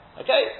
Okay